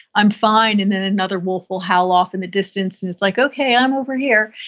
i'm fine. and then another wolf will howl off in the distance and it's like, okay, i'm over here.